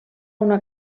una